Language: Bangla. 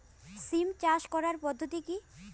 সিম চাষ করার পদ্ধতি কী?